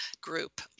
group